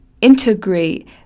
integrate